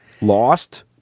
lost